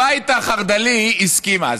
הבית החרד"לי הסכים אז,